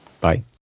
Bye